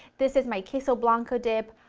this is my queso blanco dip,